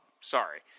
sorry